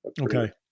Okay